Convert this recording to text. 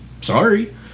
sorry